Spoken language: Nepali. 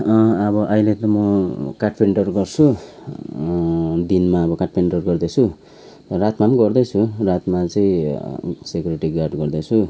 अब अहिले त म कारपेन्टर गर्छु दिनमा अब कारपेन्टर गर्दछु रातमा पनि गर्दैछु रातमा चाहिँ सेक्युरिटी गार्ड गर्दैछु